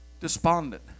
despondent